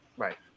Right